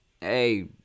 hey